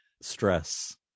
stress